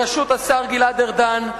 בראשות השר גלעד ארדן,